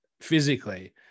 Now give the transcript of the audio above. physically